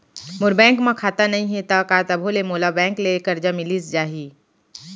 मोर bank म खाता नई हे त का तभो ले मोला बैंक ले करजा मिलिस जाही?